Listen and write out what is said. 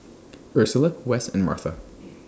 Ursula Wess and Martha